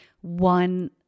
one